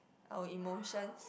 our emotions